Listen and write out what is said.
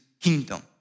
kingdom